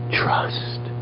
trust